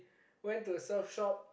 went to the surf shop